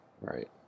right